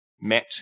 met